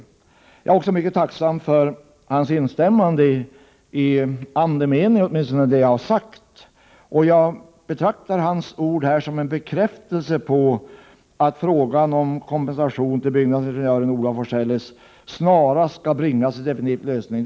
Jag är också mycket tacksam för hans instämmande i andemeningen i det jag har sagt. Jag betraktar hans ord här som en bekräftelse på att frågan om kompensation till byggnadsingenjören Olof af Forselles snarast skall bringas till en definitiv lösning.